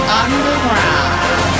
underground